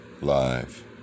live